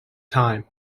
time